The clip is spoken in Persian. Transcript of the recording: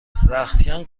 رختکن